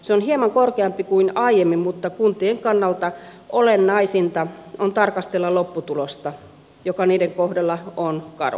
se on hieman korkeampi kuin aiemmin mutta kuntien kannalta olennaisinta on tarkastella lopputulosta joka niiden kohdalla on karu